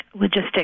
logistics